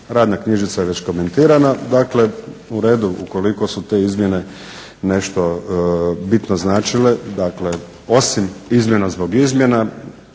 Radna knjižica je već komentirana, dakle u redu, ukoliko su te izmjene nešto bitno značile, dakle osim izmjena zbog izmjena